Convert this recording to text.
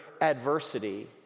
adversity